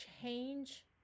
change